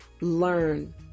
learn